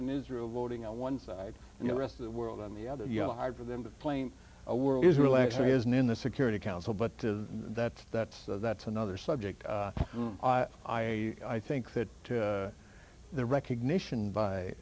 and israel voting on one side and the rest of the world on the other you know hard for them to play in a world israel actually isn't in the security council but that's that's that's another subject i i think that the recognition by